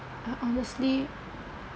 I honestly